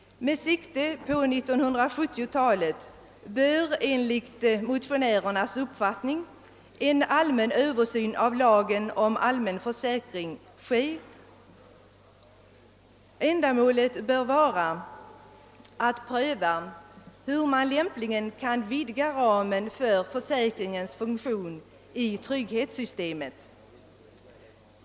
Med sikte på 1970-talet bör enligt motionärernas uppfattning en allmän översyn av lagen om allmän försäkring och dess syften genomföras. Ända målet bör vara att pröva hur man lämpligen kan vidga ramen för försäkringens funktion i trygghetssystemet.